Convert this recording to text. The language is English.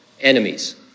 enemies